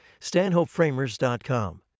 Stanhopeframers.com